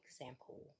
example